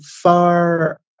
far